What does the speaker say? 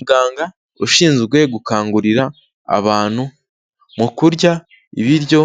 Muganga ushinzwe gukangurira abantu mu kurya ibiryo